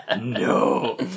no